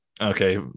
Okay